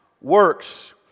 works